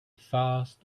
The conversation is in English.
fast